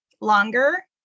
longer